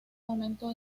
momento